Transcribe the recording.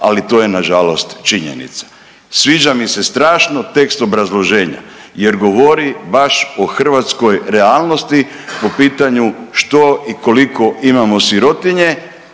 ali to je nažalost činjenica. Sviđa mi se strašno tekst obrazloženja jer govori baš o hrvatskoj realnosti po pitanju što i koliko imamo sirotinje,